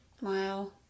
Wow